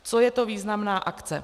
Co je to významná akce?